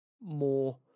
more